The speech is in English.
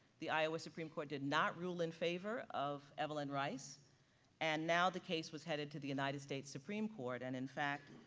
the iowa supreme court did not rule in favor of evelyn rice and now the case was headed to the united states supreme court and in fact,